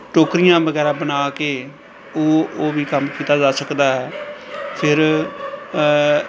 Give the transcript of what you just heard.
ਟੋਕਰੀਆਂ ਵਗੈਰਾ ਬਣਾ ਕੇ ਉਹ ਉਹ ਵੀ ਕੰਮ ਕੀਤਾ ਜਾ ਸਕਦਾ ਹੈ ਫਿਰ